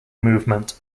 movement